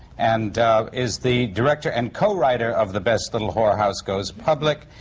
and is the director and co-writer of the best little whorehouse goes public,